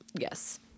Yes